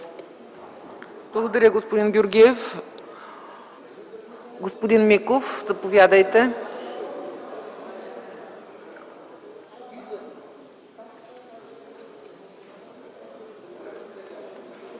Благодаря, господин Георгиев. Господин Миков, заповядайте. МИХАИЛ